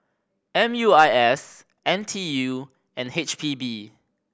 M U I S N T U and H P B